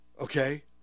Okay